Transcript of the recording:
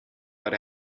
but